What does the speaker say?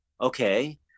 Okay